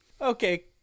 okay